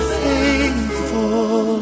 faithful